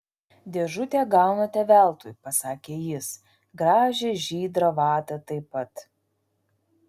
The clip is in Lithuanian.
dėžutę gaunate veltui pasakė jis gražią žydrą vatą taip pat